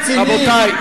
רציני?